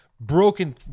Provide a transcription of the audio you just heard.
broken